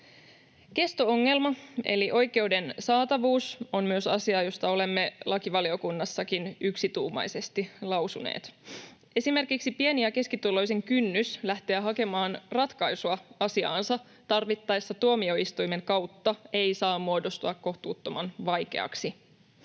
Kesto-ongelma eli oikeuden saatavuus on myös asia, josta olemme lakivaliokunnassakin yksituumaisesti lausuneet. Esimerkiksi pieni- ja keskituloisen kynnys lähteä hakemaan ratkaisua asiaansa tarvittaessa tuomioistuimen kautta ei saa muodostua kohtuuttoman vaikeaksi.